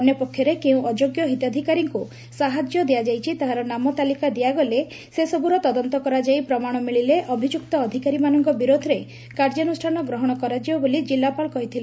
ଅନ୍ୟପକ୍ଷରେ କେଉଁ ଅଯୋଗ୍ୟ ହିତାଧିକାରୀଙ୍କୁ ସାହାଯ୍ୟ ଦିଆଯାଇଛି ତାହାର ନାମ ତାଲିକା ଦିଆଗଲେ ସେସବୁର ତଦନ୍ତ କରାଯାଇ ପ୍ରମାଣ ମିଳିଲେ ଅଭିଯୁକ୍ତ ଅଧିକାରୀମାନଙ୍ଙ ବିରୋଧରେ କାର୍ଯ୍ୟାନୁଷ୍ଠାନ ଗ୍ରହଶ କରାଯିବ ବୋଲି ଜିଲ୍ସପାଳ କହିଥିଲେ